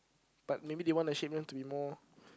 but maybe they wanna shape them to be more